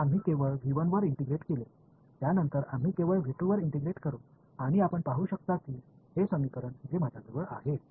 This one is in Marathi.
तर आम्ही केवळ वर इंटिग्रेट केले त्यानंतर आम्ही केवळ वर इंटिग्रेट करू आणि आपण पाहू शकता की हे समीकरण जे माझ्याजवळ आहे